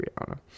Rihanna